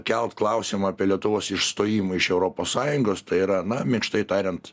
kelt klausimą apie lietuvos išstojimą iš europos sąjungos tai yra na minkštai tariant